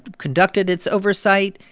conducted its oversight.